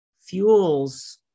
fuels